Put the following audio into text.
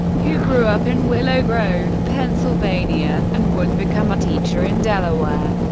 who grew up in willow grove, pennsylvania, and would become a teacher in delaware.